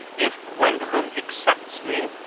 if gwendolen accepts me,